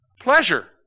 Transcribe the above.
Pleasure